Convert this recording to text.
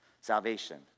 salvation